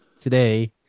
today